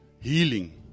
healing